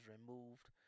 removed